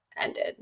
ended